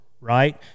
right